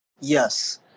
yes